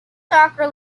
soccer